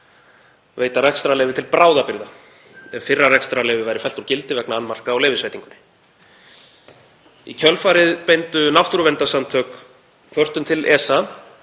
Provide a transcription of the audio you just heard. veita rekstrarleyfi til bráðabirgða ef fyrra rekstrarleyfi væri fellt úr gildi vegna annmarka á leyfisveitingu. Í kjölfarið beindu náttúruverndarsamtök kvörtun til ESA